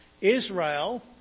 Israel